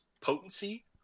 potency